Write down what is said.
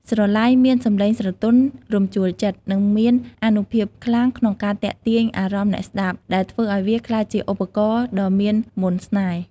ស្រឡៃមានសំឡេងស្រទន់ រំជួលចិត្ត និងមានអានុភាពខ្លាំងក្នុងការទាក់ទាញអារម្មណ៍អ្នកស្តាប់ ដែលធ្វើឱ្យវាក្លាយជាឧបករណ៍ដ៏មានមន្តស្នេហ៍។